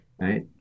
Right